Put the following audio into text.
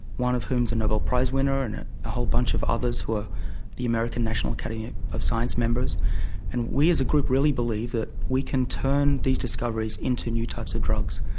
one of whom is a nobel prize winner and a whole bunch of others who are the american national academy of science members and we, as a group, really believe that we can turn these discoveries into new types of drugs.